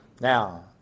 Now